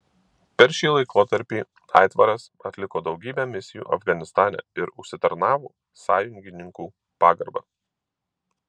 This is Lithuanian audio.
per šį laikotarpį aitvaras atliko daugybę misijų afganistane ir užsitarnavo sąjungininkų pagarbą